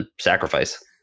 sacrifice